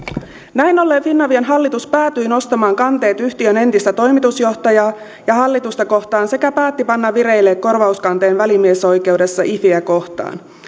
näin ollen finavian hallitus päätyi nostamaan kanteet yhtiön entistä toimitusjohtajaa ja hallitusta kohtaan sekä päätti panna vireille korvauskanteen välimiesoikeudessa ifiä kohtaan